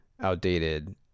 outdated